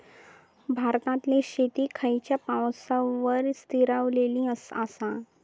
भारतातले शेती खयच्या पावसावर स्थिरावलेली आसा?